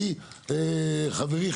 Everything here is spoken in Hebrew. אדוני חברי,